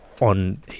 on